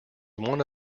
one